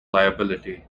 liability